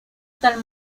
tal